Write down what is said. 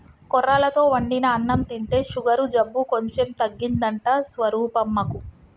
కొర్రలతో వండిన అన్నం తింటే షుగరు జబ్బు కొంచెం తగ్గిందంట స్వరూపమ్మకు